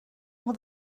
will